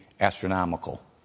astronomical